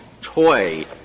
toy